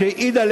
והעיד על